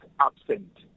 absent